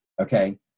okay